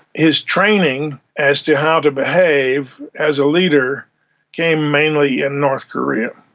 his training as to how to behave as a leader came mainly in north korea.